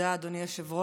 תודה, אדוני היושב-ראש.